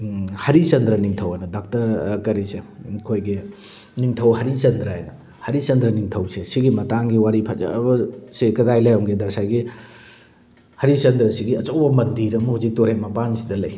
ꯍꯔꯤꯆꯟꯗ꯭ꯔ ꯅꯤꯡꯊꯧ ꯍꯥꯏꯅ ꯗꯥꯛꯇꯔ ꯀꯔꯤꯁꯦ ꯑꯩꯈꯣꯏꯒꯤ ꯅꯤꯡꯊꯧ ꯍꯔꯤꯆꯟꯗ꯭ꯔ ꯍꯥꯏꯅ ꯍꯔꯤꯆꯟꯗ꯭ꯔ ꯅꯤꯡꯊꯧꯁꯦ ꯁꯤꯒꯤ ꯃꯇꯥꯡꯒꯤ ꯋꯥꯔꯤ ꯐꯖꯕꯁꯦ ꯀꯗꯥꯏ ꯂꯩꯔꯝꯒꯦꯗ ꯉꯁꯥꯏꯒꯤ ꯍꯔꯤꯆꯟꯗ꯭ꯔꯁꯤꯒꯤ ꯑꯆꯧꯕ ꯃꯟꯗꯤꯔ ꯑꯃ ꯍꯧꯖꯤꯛ ꯇꯨꯔꯦꯟ ꯃꯄꯥꯟꯁꯤꯗ ꯂꯩ